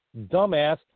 Dumbass